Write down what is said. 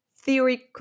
theory